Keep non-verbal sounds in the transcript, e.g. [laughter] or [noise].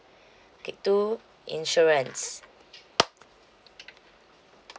[breath] take two insurance